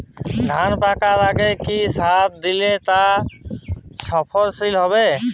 ধান পাকার আগে কি সার দিলে তা ফলনশীল হবে?